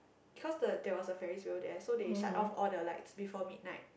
because the there was a ferry's wheel there so they shut off all the lights before midnight